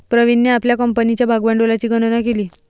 प्रवीणने आपल्या कंपनीच्या भागभांडवलाची गणना केली